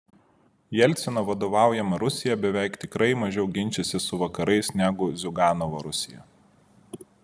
jelcino vadovaujama rusija beveik tikrai mažiau ginčysis su vakarais negu ziuganovo rusija